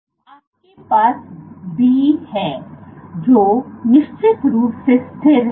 और आपके पास B है जो निश्चित रूप से स्थिर है